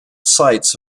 sights